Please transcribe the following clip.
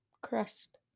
Crust